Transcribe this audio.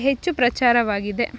ಹೆಚ್ಚು ಪ್ರಚಾರವಾಗಿದೆ